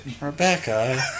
Rebecca